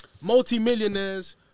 multi-millionaires